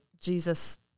Jesus